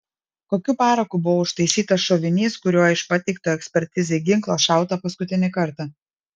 kokiu paraku buvo užtaisytas šovinys kuriuo iš pateikto ekspertizei ginklo šauta paskutinį kartą